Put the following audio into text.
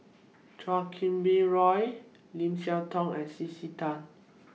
Chan Kum Wah Roy Lim Siah Tong and C C Tan